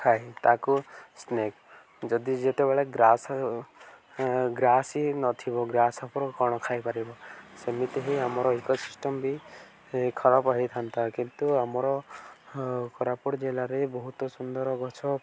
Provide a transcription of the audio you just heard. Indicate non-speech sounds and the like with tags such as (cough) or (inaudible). ଖାଏ ତାକୁ ସ୍ନେକ୍ ଯଦି ଯେତେବେଳେ ଗ୍ରାସ୍ ଗ୍ରାସ୍ ହିଁ ନଥିବ ଗ୍ରାସ୍ଫର୍ (unintelligible) କ'ଣ ଖାଇପାରିବ ସେମିତି ହିଁ ଆମର ଇକୋସିିଷ୍ଟମ୍ ବି ଖରାପ ହେଇଥାନ୍ତା କିନ୍ତୁ ଆମର କୋରାପୁଟ ଜିଲ୍ଲାରେ ବହୁତ ସୁନ୍ଦର ଗଛ